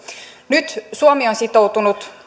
nyt suomi on sitoutunut